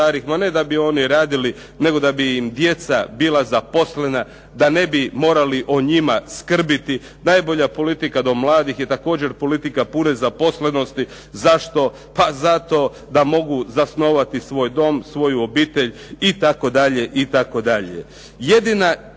Ne da bi oni radili nego da bi im djeca bila zaposlena, da ne bi morali o njima skrbiti. Najbolja politika do mladih je također politika pune zaposlenosti. Zašto? Pa zato da mogu zasnovati svoj dom, svoju obitelj itd. Jedina županija